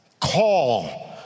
Call